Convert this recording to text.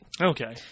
Okay